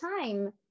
time